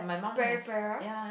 Peripera